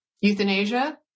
euthanasia